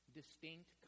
distinct